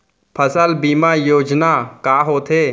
फसल बीमा योजना का होथे?